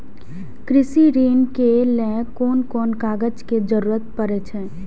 कृषि ऋण के लेल कोन कोन कागज के जरुरत परे छै?